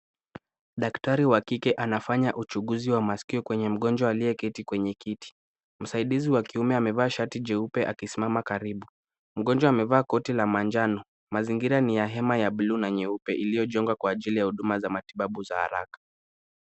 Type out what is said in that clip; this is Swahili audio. Daktari wa kike anafanya uchunguzi wa masikio kwenye mgonjwa aliyeketi kwenye kiti. Msaidizi wa kiume amevaa shati jeupe akisimama karibu. Mgonjwa amevaa koti la manjano. Mazingira ni ya hema ya buluu na nyeupe iliyojengwa kwa ajili ya huduma za matibabu za haraka.